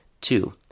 Two